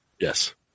Yes